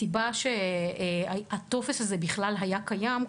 הסיבה שבגללה הטופס הזה בכלל היה קיים,